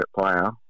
player